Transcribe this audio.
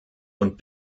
und